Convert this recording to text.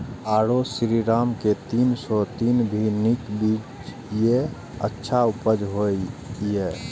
आरो श्रीराम के तीन सौ तीन भी नीक बीज ये अच्छा उपज होय इय?